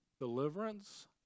Deliverance